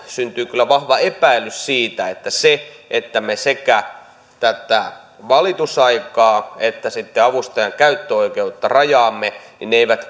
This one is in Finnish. syntyy kyllä vahva epäilys siitä että se että me sekä tätä valitusaikaa että sitten avustajan käyttöoikeutta rajaamme ei